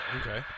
okay